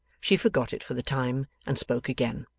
she forgot it for the time, and spoke again.